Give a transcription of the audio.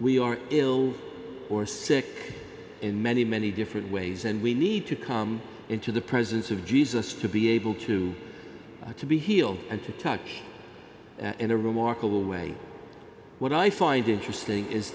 we are ill or sick in many many different ways and we need to come into the presence of jesus to be able to to be healed and to touch in a remarkable way what i find interesting is